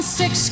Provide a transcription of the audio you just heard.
six